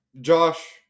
Josh